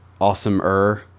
awesomer